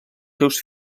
seus